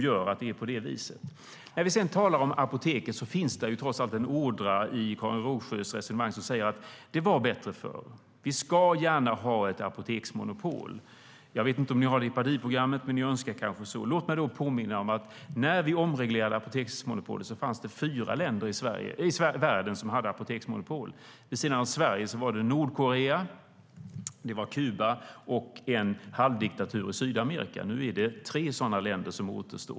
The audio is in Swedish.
När det gäller apoteken finns det en ådra i Karin Rågsjös resonemang som säger att det var bättre förr och att vi gärna ska ha ett apoteksmonopol. Jag vet inte om ni har det i partiprogrammet, men ni önskar kanske det. Låt mig påminna om att när vi omreglerade apoteksmonopolet fanns det fyra länder i världen som hade monopol. Vid sidan av Sverige var det Nordkorea, Kuba och en halvdiktatur i Sydamerika. Nu återstår tre länder.